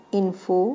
info